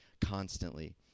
constantly